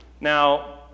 Now